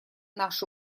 наши